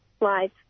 live